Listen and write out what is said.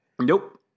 Nope